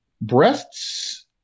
breasts